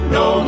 no